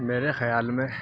میرے خیال میں